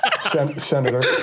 Senator